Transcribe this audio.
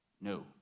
No